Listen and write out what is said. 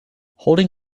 holding